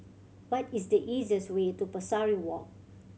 what is the easiest way to Pesari Walk